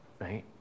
Right